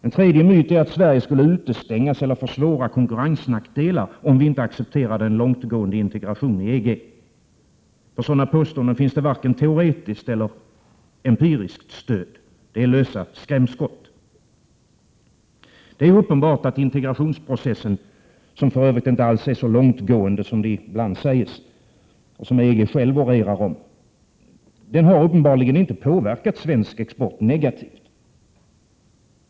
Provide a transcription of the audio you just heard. En tredje myt är att Sverige skulle utestängas eller få svåra konkurrensnackdelar, om vi inte accepterade en långtgående integration med EG. För sådana påståenden finns det varken teoretiskt eller empiriskt stöd. De är lösa skrämskott. Det är uppenbart att integrationsprocessen — som för övrigt inte alls är så långtgående som EG själv orerar om — inte har påverkat svensk export negativt.